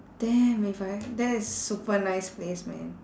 damn if I there is super nice place man